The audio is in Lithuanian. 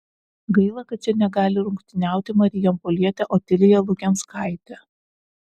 gaila kad čia negali rungtyniauti marijampolietė otilija lukenskaitė